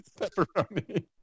pepperoni